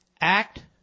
act